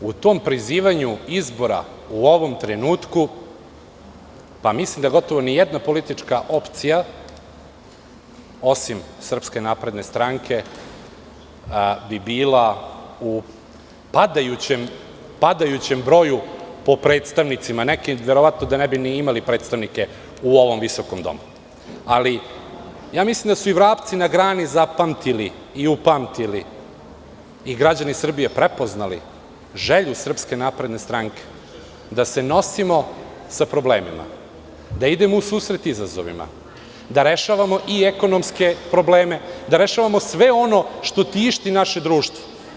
U tom prizivanju izbora u ovom trenutku, mislim da gotovo ni jedna politička opcija, osim SNS bi bila u padajućem broju po predstavnicima, neki verovatno da ne bi ni imali predstavnike u ovom visokom domu, ali, ja mislim da su i vrapci na grani zapamtili i upamtili i građani Srbije prepoznali želju SNS da se nosimo sa problemima, da idemo u susret izazovima, da rešavamo i ekonomske probleme, da rešavamo sve ono što tišti naše društvo.